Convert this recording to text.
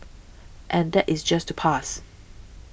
and that is just to pass